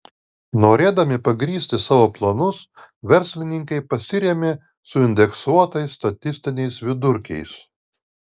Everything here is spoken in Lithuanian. norėdami pagrįsti savo planus verslininkai pasirėmė suindeksuotais statistiniais vidurkiais